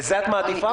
את זה את מעדיפה.